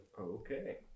Okay